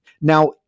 Now